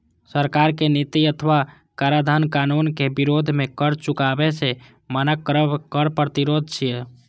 सरकारक नीति अथवा कराधान कानूनक विरोध मे कर चुकाबै सं मना करब कर प्रतिरोध छियै